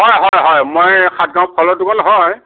হয় হয় হয় মই সাতগাঁৱৰ ফলৰ দোকান হয়